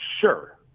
Sure